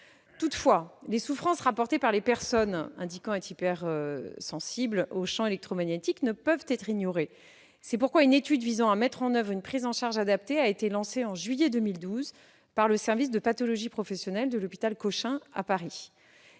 Toutefois, les souffrances rapportées par les personnes indiquant être hypersensibles aux champs électromagnétiques ne peuvent être ignorées. C'est pourquoi une étude visant à mettre en oeuvre une prise en charge adaptée a été lancée en juillet 2012 par le service de pathologie professionnelle de l'hôpital Cochin de Paris.